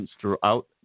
throughout